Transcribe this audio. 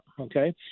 Okay